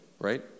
right